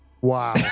Wow